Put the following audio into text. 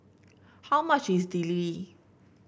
how much is Idili